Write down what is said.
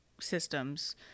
systems